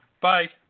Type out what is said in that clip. Bye